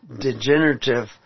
degenerative